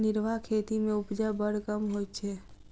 निर्वाह खेती मे उपजा बड़ कम होइत छै